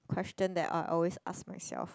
question that I always ask myself